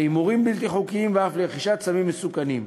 להימורים בלתי חוקיים ואף לרכישת סמים מסוכנים.